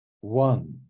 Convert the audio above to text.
one